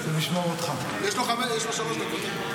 יש לו שלוש דקות.